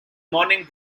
morning